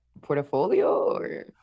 portfolio